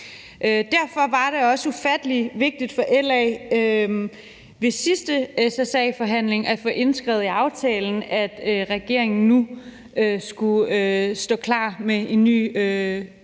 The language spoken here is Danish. Derfor var det også ufattelig vigtigt for LA i forbindelse med den sidste SSA-forhandling at få indskrevet i aftalen, at regeringen nu skulle stå klar med i hvert